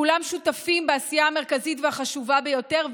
כולם שותפים בעשייה המרכזית והחשובה ביותר,